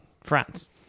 France